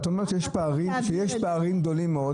את אומרת שיש פערים גדולים מאוד,